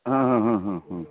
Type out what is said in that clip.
हँ हँ हँ हँ हँ